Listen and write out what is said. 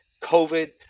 covid